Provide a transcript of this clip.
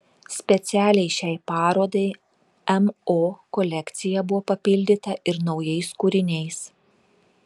specialiai šiai parodai mo kolekcija buvo papildyta ir naujais kūriniais